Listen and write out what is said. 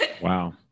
Wow